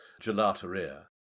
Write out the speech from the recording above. gelateria